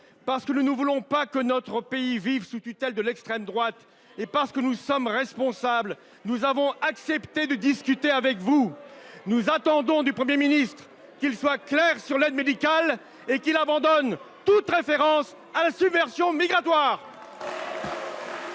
Parce que nous ne voulons pas que notre pays vive sous la tutelle de l’extrême droite et parce que nous sommes responsables, nous avons accepté de discuter avec vous. Nous attendons du Premier ministre qu’il soit clair sur l’aide médicale de l’État (AME) et qu’il abandonne toute référence à la submersion migratoire ! La parole est